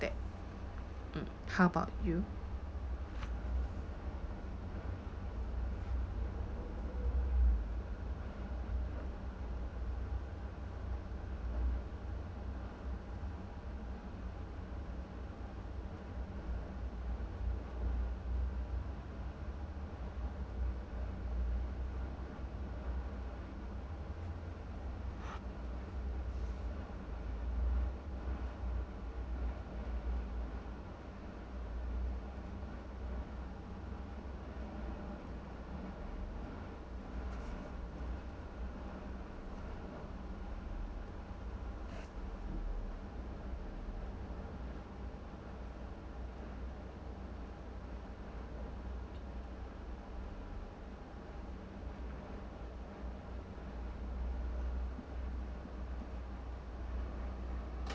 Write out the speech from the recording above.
that mm how about you